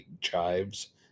chives